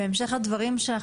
בהמשך לדברייך,